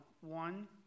One